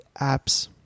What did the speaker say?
apps